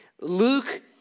Luke